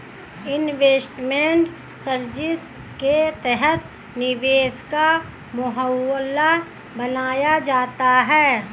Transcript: investment service के तहत निवेश का माहौल बनाया जाता है